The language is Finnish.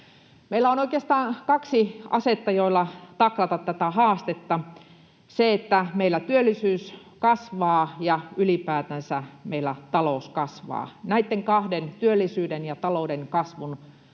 Meillä on oikeastaan kaksi asetta, joilla taklata tätä haastetta: se, että meillä työllisyys kasvaa, ja että ylipäätänsä meillä talous kasvaa. Näitten kahden, työllisyyden ja talouden kasvun niin